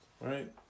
right